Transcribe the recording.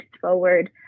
forward